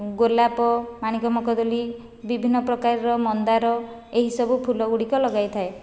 ଗୋଲାପ ମାଣିକ ମକଦଲି ବିଭିନ୍ନ ପ୍ରକାର ମନ୍ଦାର ଏହିସବୁ ଫୁଲ ଗୁଡ଼ିକ ଲଗାଇ ଥାଏ